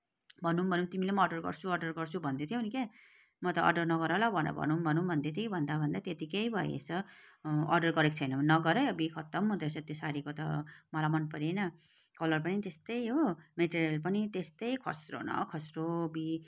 भनौँ भनौँ तिमीले पनि अर्डर गर्छु अर्डर गर्छु भन्दै थियौँ नि क्या म त अर्डर नगर ल भनेर भनौँ भनौँ भन्दै थिएँ भन्दाभन्दै त्यतिकै भएछ अर्डर गरेको छैन भने नगर है अब्बुई खत्तम हुँदोरहेछ त्यो साडीको त मलाई मन परेन कलर पनि त्यस्तै हो मटेरियल पनि त्यस्तै खस्रो न खस्रो अब्बुई